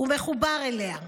ומחובר אליה.